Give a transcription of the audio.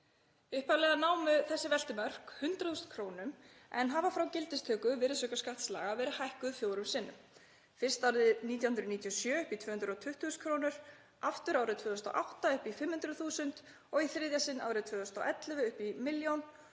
Upphaflega námu þessi veltumörk 100.000 kr. en hafa frá gildistöku virðisaukaskattslaga verið hækkuð fjórum sinnum, fyrst árið 1997 upp í 220.000 kr., aftur árið 2008 upp í 500.000 og í þriðja sinn árið 2011 upp í 1